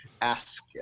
ask